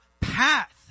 path